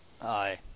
Aye